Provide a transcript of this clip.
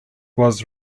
was